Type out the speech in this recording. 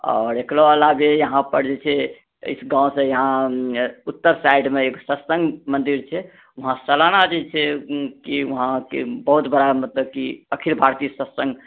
आओर एकरो अलावे यहाँ पर जे छै इस गाँवसँ यहाँ उत्तर साइडमे एक सत्सङ्ग मन्दिर छै वहाँ सालाना जे छै कि वहाँ बोहुत बड़ा मतलब कि अखिल भारतीय सत्सङ्ग